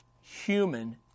human